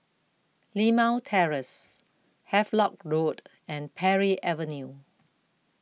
Limau Terrace Havelock Road and Parry Avenue